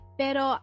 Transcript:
pero